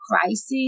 crisis